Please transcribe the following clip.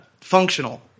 functional